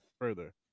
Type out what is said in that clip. further